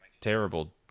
terrible